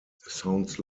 sounds